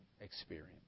experience